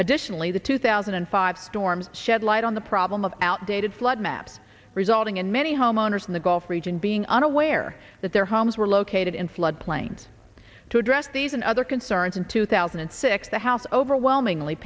additionally the two thousand and five storm shed light on the problem of outdated flood maps resulting in many homeowners in the gulf region being unaware that their homes were located in flood plains to address these and other concerns in two thousand and six the house overwhelmingly